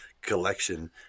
collection